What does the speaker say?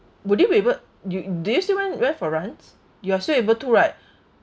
would you be able you do you still went still went for runs you are still able to right